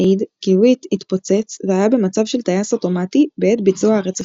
העיד כי וויט "התפוצץ" והיה "במצב של טייס אוטומטי" בעת ביצוע הרציחות.